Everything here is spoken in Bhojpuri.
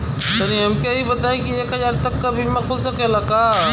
तनि हमके इ बताईं की एक हजार तक क बीमा खुल सकेला का?